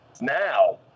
now